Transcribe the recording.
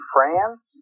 France